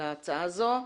להצעה הזו.